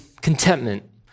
contentment